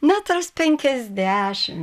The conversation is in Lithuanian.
metras penkiasdešim